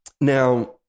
Now